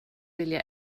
vilja